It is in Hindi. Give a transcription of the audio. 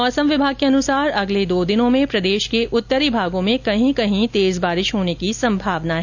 मौसम विभाग के अनुसार अगले दो दिन में प्रदेश के उत्तरी भागों में कहीं कहीं तेज बारिश होने की संभावना है